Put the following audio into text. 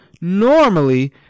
Normally